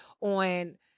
on –